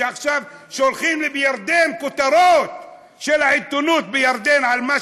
ועכשיו שולחים מירדן כותרות של העיתונות בירדן על מה